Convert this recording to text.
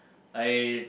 I